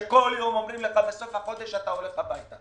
שכל יום אומרים לך: בסוף החודש אתה הולך הביתה?